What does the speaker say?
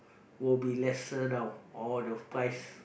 will be lesser down all the price